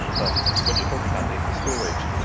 but and when you're talking about data storage,